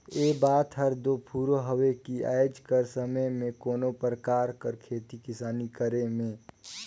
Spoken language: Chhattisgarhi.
ए बात हर दो फुरों हवे कि आएज कर समे में कोनो परकार कर खेती किसानी करे में